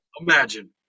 Imagine